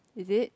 is it